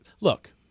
look